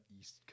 East